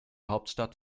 hauptstadt